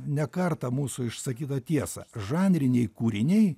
ne kartą mūsų išsakytą tiesą žanriniai kūriniai